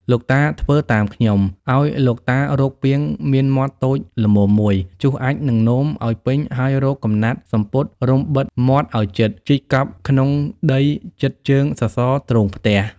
លោកតាធ្វើតាមខ្ញុំ ឱ្យលោកតារកពាងមានមាត់តូចល្មមមួយ ជុះអាចម៍និងនោម ឱ្យពេញហើយរកកំណាត់សំពត់រុំបិទមាត់ឱ្យជិត ជីកកប់ក្នុងដីជិតជើងសសរទ្រូងផ្ទះ។